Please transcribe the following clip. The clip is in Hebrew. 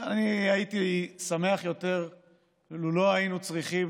אני הייתי שמח יותר אילו לא היינו צריכים